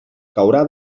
caurà